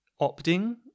opting